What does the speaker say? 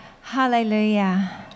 Hallelujah